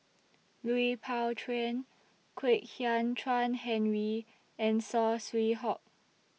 Lui Pao Chuen Kwek Hian Chuan Henry and Saw Swee Hock